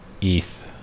ETH